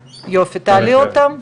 תעלי אותם לזום,